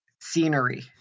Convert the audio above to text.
scenery